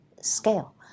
scale